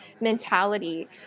mentality